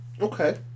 okay